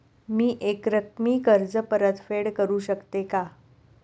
मी एकरकमी कर्ज परतफेड करू शकते का?